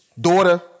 daughter